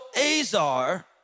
Azar